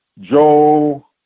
Joe